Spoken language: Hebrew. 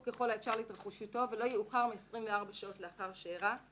ככל האפשר להתרחשותו ולא יאוחר מ- 24 שעות לאחר שאירע".